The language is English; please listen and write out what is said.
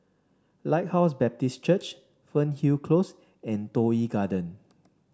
Lighthouse Baptist Church Fernhill Close and Toh Yi Garden